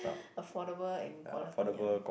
affordable and quality ah